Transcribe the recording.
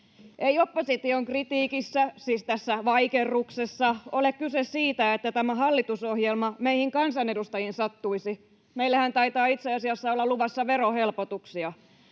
Ei opposition kritiikissä — siis tässä ”vaikerruksessa” — ole kyse siitä, että tämä hallitusohjelma meihin kansanedustajiin sattuisi. Meillehän taitaa itse asiassa olla luvassa verohelpotuksia.